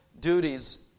duties